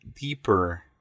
deeper